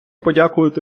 подякувати